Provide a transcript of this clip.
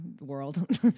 world